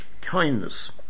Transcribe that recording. kindness